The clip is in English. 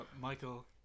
Michael